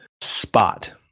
spot